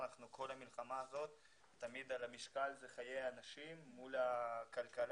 במלחמה הזאת על המשקל תמיד יש חיי אנשים מול הכלכלה.